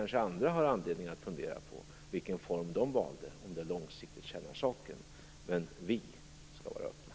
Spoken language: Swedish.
Andra kanske har anledning att fundera på vilken form de valde och om den långsiktigt tjänar saken, men vi skall vara öppna.